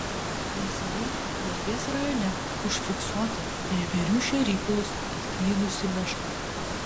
neseniai ukmergės rajone užfiksuota prie žvėrių šėryklos atklydusi meška